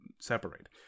separate